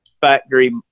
factory